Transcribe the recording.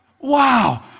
wow